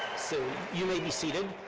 so you may be seated.